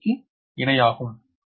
எனவே V மூலதனம் ஒரு மூலதனம் B